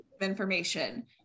information